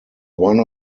one